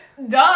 Duh